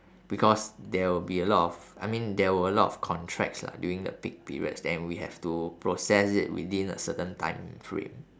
because there would be a lot of I mean there were a lot of contracts lah during the peak periods then we have to process it within a certain timeframe